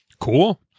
Cool